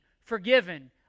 forgiven